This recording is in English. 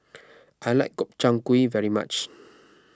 I like Gobchang Gui very much